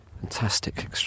fantastic